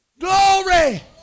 Glory